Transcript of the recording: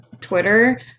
Twitter